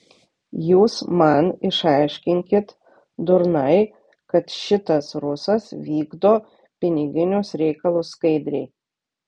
jūs man išaiškinkit durnai kad šitas rusas vykdo piniginius reikalus skaidriai